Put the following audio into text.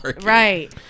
right